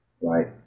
Right